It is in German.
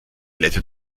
glätte